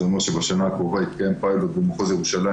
זה אומר שבשנה הקרובה יתקיים פיילוט במחוז ירושלים